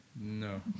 No